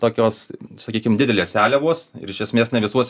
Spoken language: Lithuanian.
tokios sakykim didelės seliavos ir iš esmės ne visuose